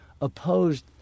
opposed